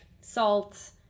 SALT